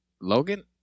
Logan